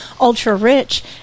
ultra-rich